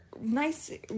nice